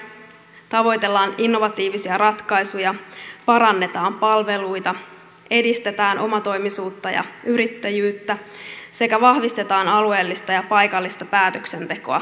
tavoitellaan innovatiivisia ratkaisuja parannetaan palveluita edistetään omatoimisuutta ja yrittäjyyttä sekä vahvistetaan alueellista ja paikallista päätöksentekoa ja yhteistyötä